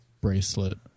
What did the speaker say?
bracelet